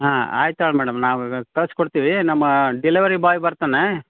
ಹಾಂ ಆಯ್ತೇಳಿ ಮೇಡಮ್ ನಾವು ಇವಾಗ ಕಳ್ಸಿಕೊಡ್ತೀವಿ ನಮ್ಮ ಡೆಲವರಿ ಬಾಯ್ ಬರ್ತಾನೆ